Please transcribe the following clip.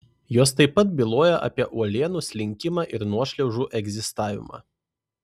jos taip pat byloja apie uolienų slinkimą ir nuošliaužų egzistavimą